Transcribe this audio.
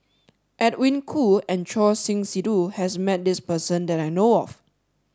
Edwin Koo and Choor Singh Sidhu has met this person that I know of